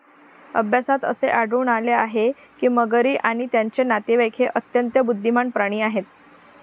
अभ्यासात असे आढळून आले आहे की मगरी आणि त्यांचे नातेवाईक हे अत्यंत बुद्धिमान प्राणी आहेत